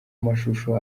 mashusho